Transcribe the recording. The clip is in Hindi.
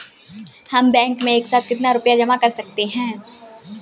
हम बैंक में एक साथ कितना रुपया जमा कर सकते हैं?